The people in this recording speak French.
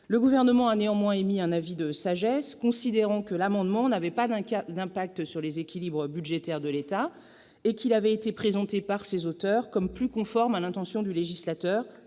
le Gouvernement a néanmoins émis un avis de sagesse, considérant que l'amendement n'avait pas d'impact sur les équilibres budgétaires de l'État et qu'il avait été présenté par ses auteurs comme plus conforme à l'intention du législateur